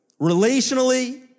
relationally